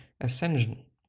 ascension